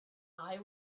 eye